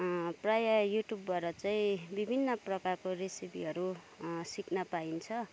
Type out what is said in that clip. प्रायः युट्युबबाट चाहिँ विभिन्न प्रकारको रेसिपीहरू सिक्न पाइन्छ